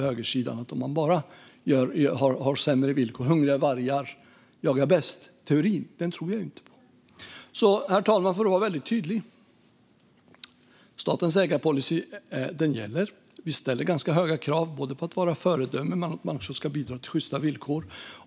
Högersidans idé om sämre villkor, hungriga-vargar-jagar-bäst-teorin, tror jag inte på. Så för att vara väldigt tydlig, herr talman: Statens ägarpolicy gäller. Vi ställer ganska höga krav, både på att man ska vara ett föredöme och på att man ska bidra till sjysta villkor.